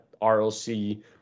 RLC